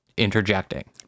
interjecting